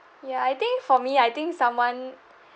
ya I think for me I think someone